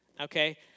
Okay